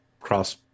cross